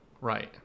Right